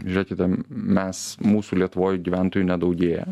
žiūrėkite mes mūsų lietuvoj gyventojų nedaugėja